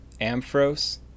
Amphros